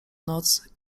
noc